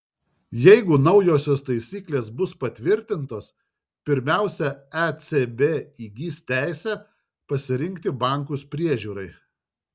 jeigu naujosios taisyklės bus patvirtintos pirmiausia ecb įgis teisę pasirinkti bankus priežiūrai